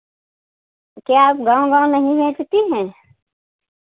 तो क्या आप गाँव गाँव नहीं बेचती हैं